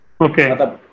Okay